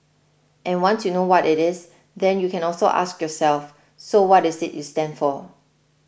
and once you know what it is then you can also ask yourself so what is it you stand for